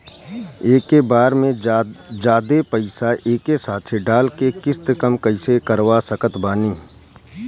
एके बार मे जादे पईसा एके साथे डाल के किश्त कम कैसे करवा सकत बानी?